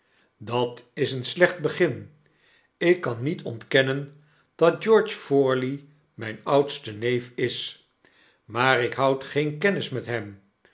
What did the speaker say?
dat is een slecht begin ik kan niet ontkennen dat george forley mynoudsteneefis maar ik houd geen kennis met hem